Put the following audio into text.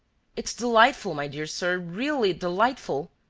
it's delightful, my dear sir, really delightful,